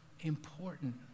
important